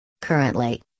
Currently